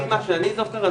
לפי מה שאני זוכר,